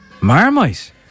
Marmite